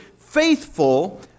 faithful